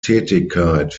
tätigkeit